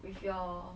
with your